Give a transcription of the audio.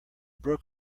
broke